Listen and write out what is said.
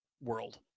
world